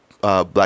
black